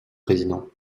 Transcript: président